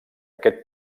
aquest